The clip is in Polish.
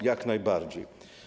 Jak najbardziej.